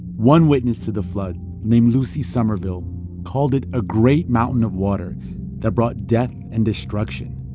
one witness to the flood named lucy summerville called it a great mountain of water that brought death and destruction.